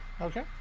Okay